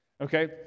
okay